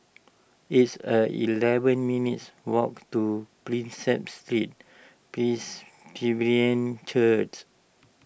it's a eleven minutes' walk to Prinsep Street Church